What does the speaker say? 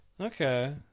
Okay